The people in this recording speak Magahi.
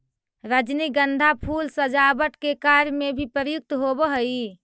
रजनीगंधा फूल सजावट के कार्य में भी प्रयुक्त होवऽ हइ